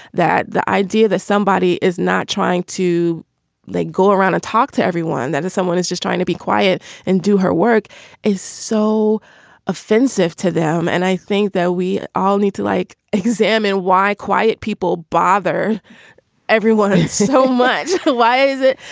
that the idea that somebody is not trying to they go around and talk to everyone, that is someone is just trying to be quiet and do her work is so offensive to them and i think that we all need to like examine why quiet people bother everyone so much. why is it?